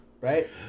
right